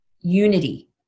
unity